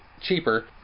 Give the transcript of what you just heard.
cheaper